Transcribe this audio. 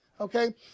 okay